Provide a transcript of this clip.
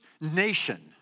nation